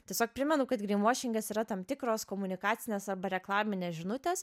tiesiog primenu kad grynvošingas yra tam tikros komunikacinės arba reklaminės žinutės